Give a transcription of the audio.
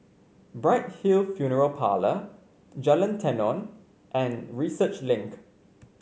Bright Hill Funeral Parlour Jalan Tenon and Research Link